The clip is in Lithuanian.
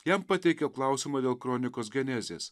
jam pateikiau klausimą dėl kronikos genezės